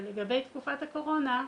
לגבי תקופת הקורונה,